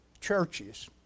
churches